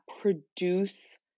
produce